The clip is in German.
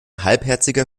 halbherziger